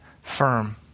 firm